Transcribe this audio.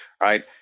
right